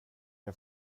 jag